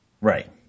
Right